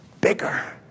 bigger